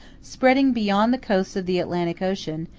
spreading beyond the coasts of the atlantic ocean,